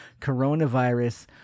coronavirus